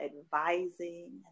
advising